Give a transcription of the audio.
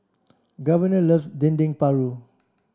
Governor loves Dendeng Paru